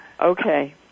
Okay